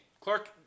Clark